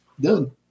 done